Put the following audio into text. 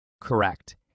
Correct